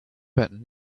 but